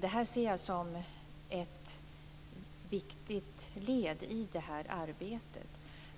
Det ser jag som ett viktigt led i det här arbetet.